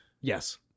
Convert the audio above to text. Yes